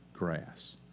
grass